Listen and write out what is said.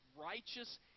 righteous